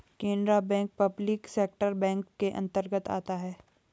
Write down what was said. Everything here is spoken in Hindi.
Canara bank public sector bank के अंतर्गत आता है